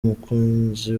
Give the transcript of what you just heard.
umukunzi